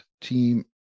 team